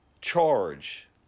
charge